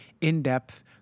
in-depth